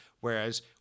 Whereas